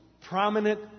prominent